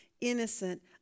innocent